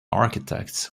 architects